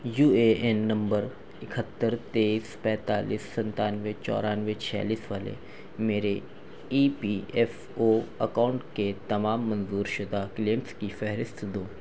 you A N نمبر اکہتر تیئیس پینتالیس سنتانوے چورانوے چھیالیس والے میرے E P F O account کے تمام منظور شدہ کلیمز کی فہرست دو